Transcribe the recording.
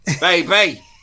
baby